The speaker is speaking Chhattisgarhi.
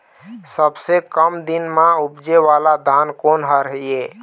सबसे कम दिन म उपजे वाला धान कोन हर ये?